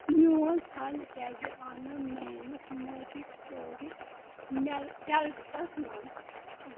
میون فنڈ کیٛازِ آو نہٕ میٲنِس موبی کوک ویلٹَس منٛز